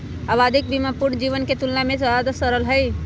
आवधिक बीमा पूर्ण जीवन के तुलना में ज्यादा सरल हई